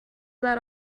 that